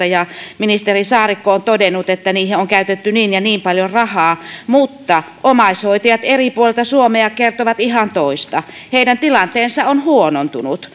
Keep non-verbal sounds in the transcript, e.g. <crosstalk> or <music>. <unintelligible> ja ministeri saarikko on todennut että niihin on käytetty niin ja niin paljon rahaa mutta omaishoitajat eri puolilta suomea kertovat ihan toista heidän tilanteensa on huonontunut <unintelligible>